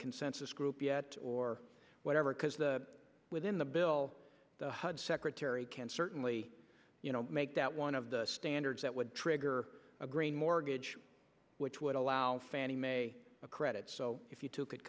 consensus group yet or whatever because the within the bill the hud secretary can certainly you know make that one of the standards that would trigger a green mortgage which would allow fannie mae a credit so if you took